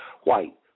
white